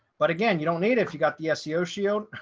but again, you don't need if you got the seo seo.